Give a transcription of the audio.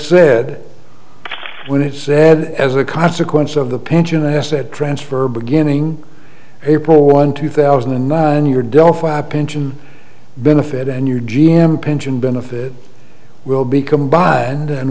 said when it said as a consequence of the pension asset transfer beginning april one two thousand and nine your delphi pension benefit and your g m pension benefit will be combined and